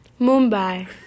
Mumbai